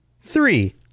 three